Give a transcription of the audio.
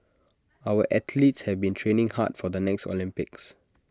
our athletes have been training hard for the next Olympics